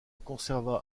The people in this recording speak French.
conserva